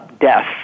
death